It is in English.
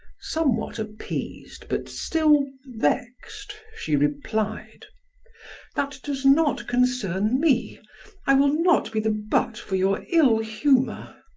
somewhat appeased but still, vexed, she replied that does not concern me i will not be the butt for your ill humor.